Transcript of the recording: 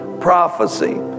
prophecy